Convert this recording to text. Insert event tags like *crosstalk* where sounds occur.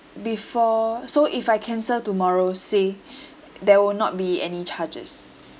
before so if I cancel tomorrow say *breath* there will not be any charges